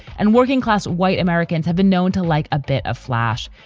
and working class white americans have been known to like a bit of flash.